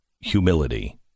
humility